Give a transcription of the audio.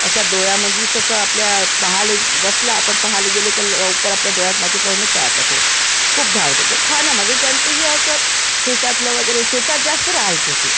असा डोळ्यामध्ये ससा आपल्या पाहायला बसला आपण पाहायला गेलो की लवकर आपल्या डोळ्यांत मध्ये पाहूनच जायचा तो खूप धावतं होते आणि खाणं म्हणजे त्यांचं हे असंच शेतातलं वगैरे शेतात जास्त राहायचे ते